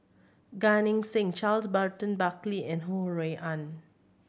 Gan Eng Seng Charles Burton Buckley and Ho Rui An